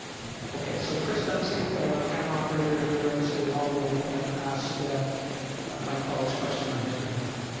okay so chris dunseith our camera operator here at city hall will ask mike crowley's question on his behalf.